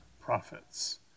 prophets